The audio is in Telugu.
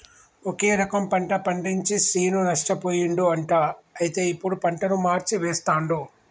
ఒకే రకం పంట పండించి శ్రీను నష్టపోయిండు అంట అయితే ఇప్పుడు పంటను మార్చి వేస్తండు